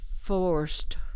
forced